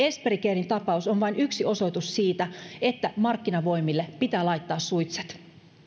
esperi caren tapaus on vain yksi osoitus siitä että markkinavoimille pitää laittaa suitset